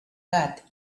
gat